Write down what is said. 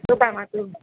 શું કામ હતું